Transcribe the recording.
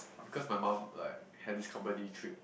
because my mum like had this company trip